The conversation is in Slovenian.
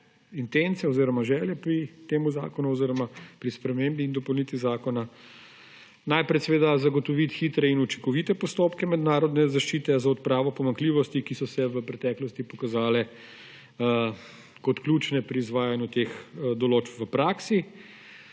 oziroma želje pri tem zakonu oziroma pri spremembi in dopolnitvi zakona? Najprej seveda zagotoviti hitre in učinkovite postopke mednarodne zaščite za odpravo pomanjkljivosti, ki so se v preteklosti pokazale kot ključne pri izvajanju teh določb v praksi;